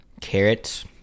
carrots